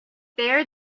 there